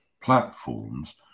platforms